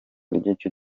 ry’icyo